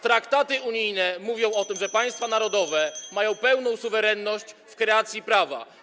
Traktaty unijne mówią, że państwa narodowe mają pełną suwerenność w kreacji prawa.